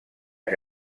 que